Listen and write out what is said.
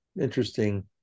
Interesting